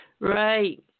Right